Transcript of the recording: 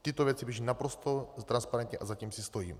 Tyto věci běží naprosto transparentně a za tím si stojím.